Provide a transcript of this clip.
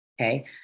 okay